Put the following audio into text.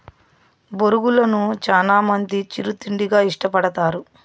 బొరుగులను చానా మంది చిరు తిండిగా ఇష్టపడతారు